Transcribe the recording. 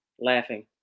laughing